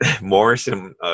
Morrison